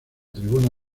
tribuna